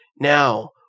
Now